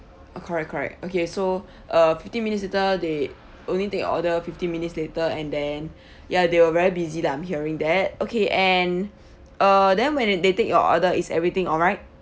uh correct correct okay so uh fifteen minutes later they only take your order fifteen minutes later and then yeah they were very busy lah I'm hearing that okay and uh then when they they take your order is everything alright